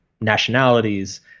nationalities